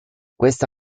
questa